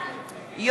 נגד